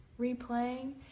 replaying